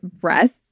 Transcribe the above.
breasts